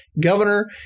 governor